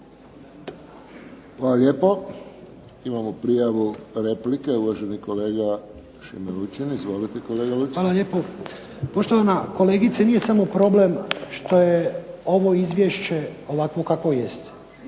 Hvala lijepo. Imamo prijavu replike. Uvaženi kolega Šime Lučin. Izvolite kolega. **Lučin, Šime (SDP)** Hvala lijepo. Poštovana kolegice nije samo problem što je ovo izvješće ovako kako jest.